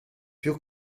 più